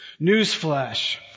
Newsflash